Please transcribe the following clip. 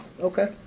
Okay